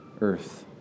earth